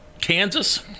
Kansas